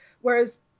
Whereas